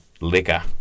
liquor